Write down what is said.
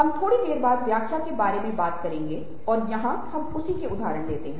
हम थोड़ी देर बाद व्याख्या के बारे में बात करेंगे और यहाँ हम उसी का उदाहरण देते हैं